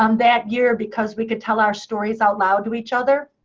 um that year, because we could tell our stories out loud to each other,